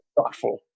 thoughtful